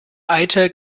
eiter